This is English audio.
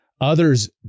Others